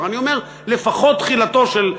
ואני אומר: לפחות תחילתו של תהליך.